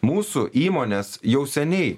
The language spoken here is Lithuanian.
mūsų įmonės jau seniai